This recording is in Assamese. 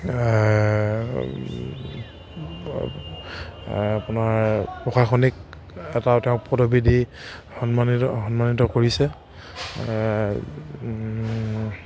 আপোনাৰ প্ৰশাসনিক এটা তেওঁক পদবী দি সন্মানিত সন্মানিত কৰিছে